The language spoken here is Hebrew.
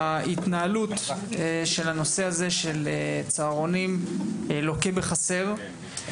התנהלות הצהרונים לוקה בחסר.